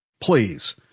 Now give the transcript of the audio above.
Please